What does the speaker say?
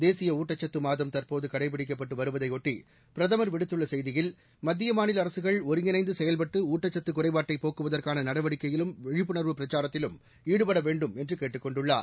தேசிய ஊட்டச்சத்து மாதம் தற்போது கடைபிடிக்கப்பட்டு வருவதையொட்டி பிரதமர் விடுத்துள்ள செய்தியில் மத்திய மாநில அரசுகள் ஒருங்கிணைந்து செயல்பட்டு ஊட்டச்சத்து குறைபாட்டை போக்குவதற்கான நடவடிக்கையிலும் விழிப்புணர்வு பிரச்சாரத்திலும் ஈடுபட வேண்டும் என்று கேட்டுக் கொண்டுள்ளார்